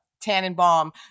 Tannenbaum